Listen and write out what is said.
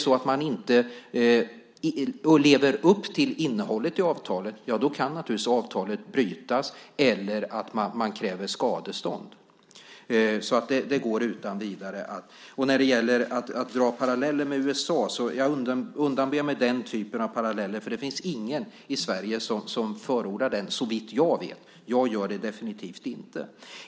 Om man inte lever upp till innehållet i avtalet kan det brytas eller man kan krävas på skadestånd. Jag undanber mig den typ av paralleller med USA som har dragits i debatten här. Det finns ingen i Sverige som förordar en sådan amerikansk modell. Jag gör det definitivt inte.